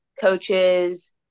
coaches